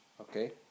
Okay